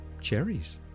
cherries